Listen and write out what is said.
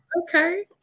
Okay